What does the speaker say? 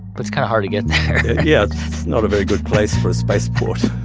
but it's kind of hard to get there yeah, it's not a very good place for a spaceport